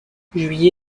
juillet